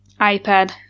iPad